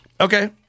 Okay